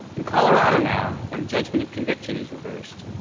in colorado now, when a judgment of conviction is reversed,